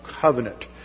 covenant